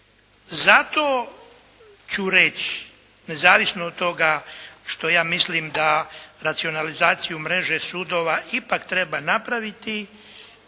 Zato ću reći nezavisno od toga što ja mislim da racionalizaciju mreže sudova ipak treba napraviti